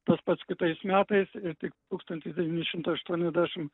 tas pats kitais metais ir tik tūkstantis devyni šimtai aštuoniasdešim